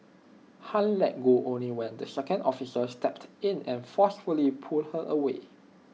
ham let go only when the second officer stepped in and forcefully pulled her away